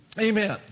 Amen